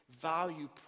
value